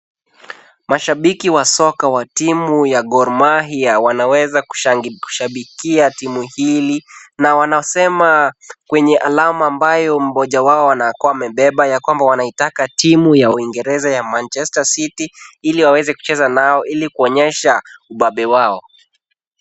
Mashabiki wa soka wa timu ya Gor Mahia wanaweza kushabikia timu hili na wanasema kwenye alama ambayo mmoja wao anakuwa amebeba ya kwamba wanaitaka timu ya uingereza ya Manchester City ili waweze kuchezo nao ili kuonyesha ubabe wao.